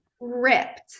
Ripped